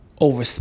over